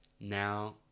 Now